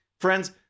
Friends